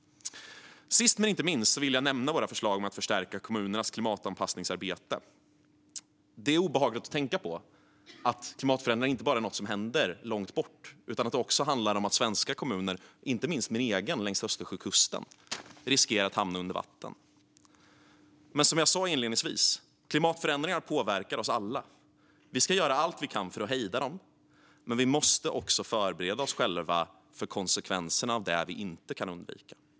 Sist men inte minst vill jag nämna våra förslag om att förstärka kommunernas klimatanpassningsarbete. Det är obehagligt att tänka på att klimatförändringar inte bara är något som händer långt bort utan att det också handlar om att svenska kommuner, inte minst min egen längs Östersjökusten, riskerar att hamna under vatten. Som jag sa inledningsvis påverkar klimatförändringarna oss alla. Vi ska göra allt vi kan för att hejda dem, men vi måste också förbereda oss själva för konsekvenserna av det som vi inte kan undvika.